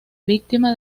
víctima